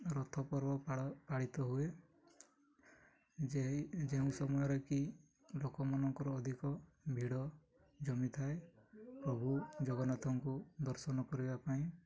ରଥପର୍ବ ପାଳ ପାଳିତ ହୁଏ ଯେ ଯେଉଁ ସମୟରେ କି ଲୋକମାନଙ୍କର ଅଧିକ ଭିଡ଼ ଜମିଥାଏ ପ୍ରଭୁ ଜଗନ୍ନାଥଙ୍କୁ ଦର୍ଶନ କରିବା ପାଇଁ